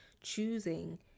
choosing